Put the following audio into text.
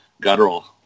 guttural